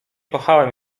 kochałem